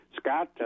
Scott